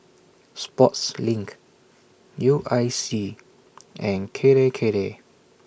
Sportslink U I C and Kirei Kirei